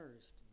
first